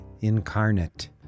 incarnate